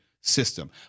system